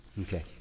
Okay